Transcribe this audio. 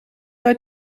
uit